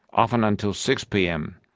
often until six p. m.